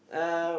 um